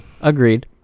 Agreed